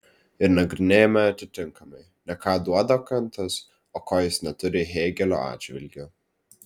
ir nagrinėjame atitinkamai ne ką duoda kantas o ko jis neturi hėgelio atžvilgiu